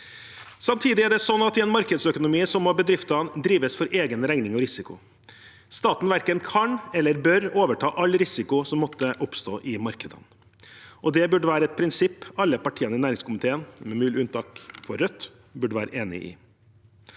Samtidig er det sånn at i en markedsøkonomi må bedriftene drives for egen regning og risiko. Staten verken kan eller bør overta all risiko som måtte oppstå i markedene, og det burde være et prinsipp alle partiene i næringskomiteen – med mulig unntak for Rødt – burde være enig i.